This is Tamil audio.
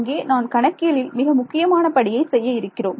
இங்கே நான் கணக்கியலில் மிக முக்கியமான படியை செய்ய இருக்கிறோம்